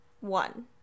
one